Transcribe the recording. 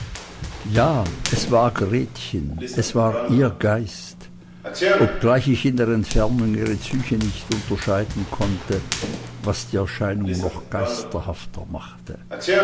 ja es war gretchen es war ihr geist obgleich ich in der entfernung ihre züge nicht unterscheiden konnte was die erscheinung noch geisterhafter machte